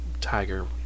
tiger